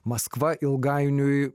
maskva ilgainiui